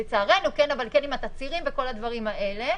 לצערנו, עם התצהירים וכל הדברים האלה,